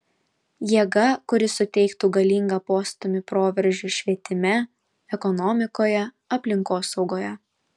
jėga kuri suteiktų galingą postūmį proveržiui švietime ekonomikoje aplinkosaugoje